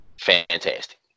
Fantastic